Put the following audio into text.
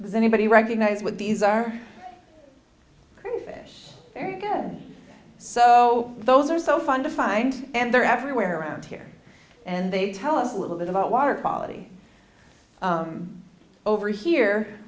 does anybody recognise what these are great fish very again so those are so fun to find and they're everywhere around here and they tell us a little bit about water quality over here